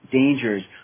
dangers